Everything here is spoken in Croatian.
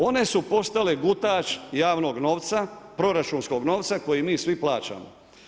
One su postale gutač javnog novca, proračunskog novca koji mi svi plaćamo.